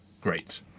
Great